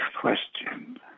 question